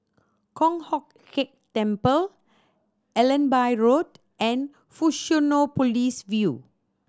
Kong Hock Keng Temple Allenby Road and Fusionopolis View